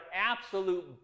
absolute